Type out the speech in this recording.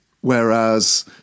Whereas